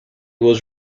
was